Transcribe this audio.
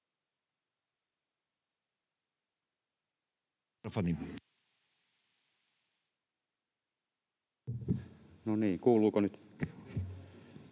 No niin, kuuluuko nyt?